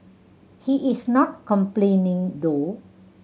he is not complaining though